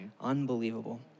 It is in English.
Unbelievable